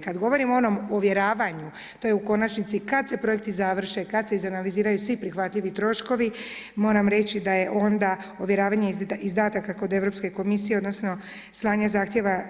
Kad govorim o onom ovjeravanju to je u konačnici kad se projekti završe, kad se izanaliziraju svi prihvatljivi troškovi moram reći da je onda ovjeravanje izdataka kod Europske komisije odnosno slanje zahtjeva